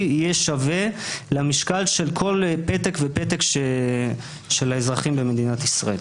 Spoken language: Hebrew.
יהיה שווה למשקל של כל פק ופתק של האזרחים במדינת ישראל.